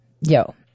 Yo